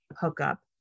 hookup